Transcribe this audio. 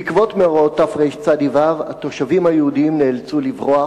בעקבות מאורעות תרצ"ו התושבים היהודים נאלצו לברוח,